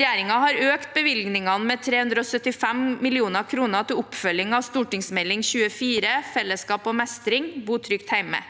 Regjeringen har økt bevilgningene med 375 mill. kr i oppfølgingen av Meld. St. 24 for 2022–2023, Fellesskap og mestring – Bu trygt heime.